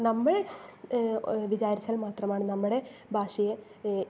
നമ്മൾ വിചാരിച്ചാൽ മാത്രമാണ് നമ്മുടെ ഭാഷയെ